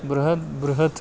बृहत् बृहत्